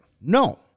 No